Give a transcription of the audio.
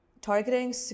targeting